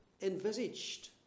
envisaged